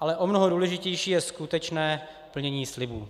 ale o mnoho důležitější je skutečné plnění slibů.